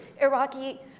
Iraqi